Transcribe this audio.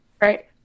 Right